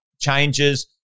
changes